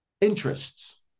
interests